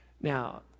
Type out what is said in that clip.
Now